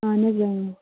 اَہن حظ